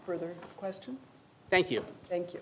further question thank you thank